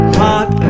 hot